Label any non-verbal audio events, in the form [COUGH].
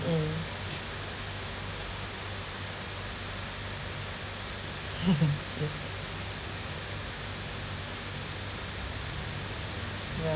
mm [LAUGHS] yeah